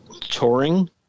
touring